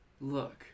Look